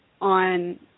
on